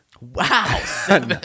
Wow